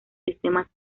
sistemas